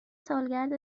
سالگرد